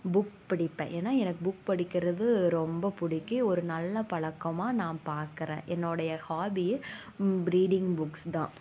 book படிப்பேன் ஏன்னா எனக்கு புக் படிக்கிறது ரொம்ப பிடிக்கும் ஒரு நல்ல பழக்கமாக நான் பாக்கிறேன் என்னோட ஹாபியே ரீடிங் புக்ஸ் தான்